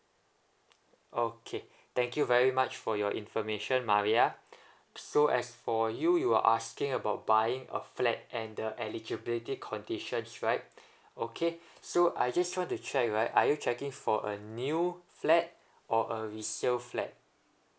okay thank you very much for your information maria so as for you you were asking about buying a flat and the eligibility conditions right okay so I just want to check right are you checking for a new flat or a resale flat